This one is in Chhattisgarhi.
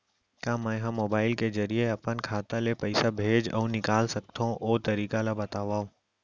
का मै ह मोबाइल के जरिए अपन खाता ले पइसा भेज अऊ निकाल सकथों, ओ तरीका ला बतावव?